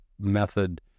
method